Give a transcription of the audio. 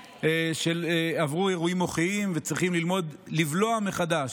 שעברו אירועים מוחיים וצריכים ללמוד לבלוע מחדש,